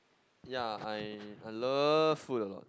ya I I love food a lot